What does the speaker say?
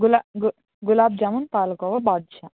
గులా గులాబ్ జామున్ పాలకోవా బాదుషా